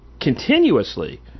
continuously